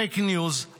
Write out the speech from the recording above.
פייק ניוז,